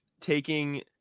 taking